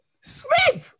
sleep